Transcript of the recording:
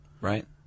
Right